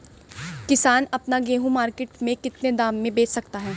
किसान अपना गेहूँ मार्केट में कितने दाम में बेच सकता है?